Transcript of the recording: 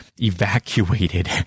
evacuated